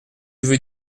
veux